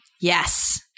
Yes